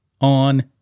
on